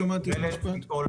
מה, לא שמעתי את סוף המשפט.